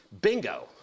Bingo